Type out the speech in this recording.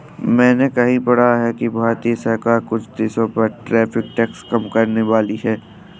मैंने कहीं पढ़ा है कि भारतीय सरकार कुछ देशों पर टैरिफ टैक्स कम करनेवाली है